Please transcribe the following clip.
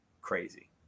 Crazy